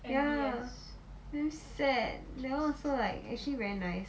ya damn sad that one also like actually very nice